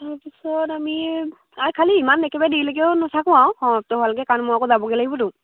তাৰপিছত আমি আৰু খালি ইমান একেবাৰে দেৰিলৈকেও নাথাকোঁ আৰু সমাপ্ত হােৱালৈকে কাৰণ মই আকৌ যাবগৈ লাগিবতো